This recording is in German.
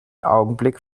augenblick